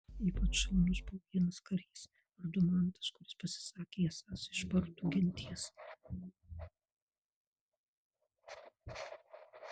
ypač šaunus buvo vienas karys vardu mantas kuris pasisakė esąs iš bartų genties